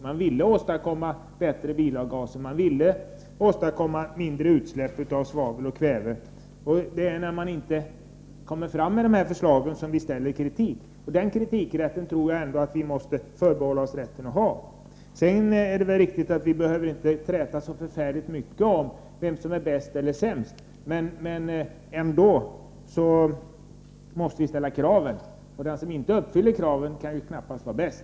Man ville åstadkomma mindre giftiga bilavgaser, och man ville åstadkomma mindre utsläpp av svavel och kväve. Det är när man inte kommer fram med de här förslagen som vi kommer med kritik. Den rätten att kritisera måste vi förbehålla oss. Sedan är det väl riktigt att vi inte behöver träta så mycket om vem som är bäst eller sämst. Vi måste emellertid ställa krav, och den som inte uppfyller kraven kan knappast vara bäst.